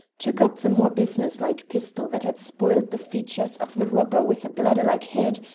took up the more businesslike pistol that had spoiled the features of the robber with the bladder-like head,